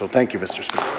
and thank you. mr. so